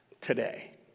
today